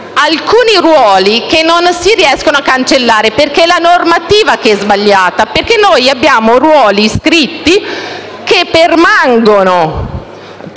alcuni ruoli che non si riescono a cancellare, perché la normativa è sbagliata. Abbiamo ruoli scritti che permangono